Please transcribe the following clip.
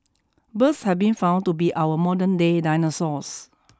birds have been found to be our modernday dinosaurs